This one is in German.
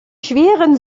schweren